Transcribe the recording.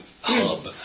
hub